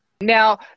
Now